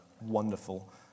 Wonderful